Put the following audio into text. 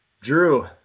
Drew